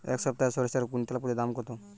এই সপ্তাহে সরিষার কুইন্টাল প্রতি দাম কত?